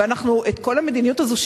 את כל המדינית הזאת,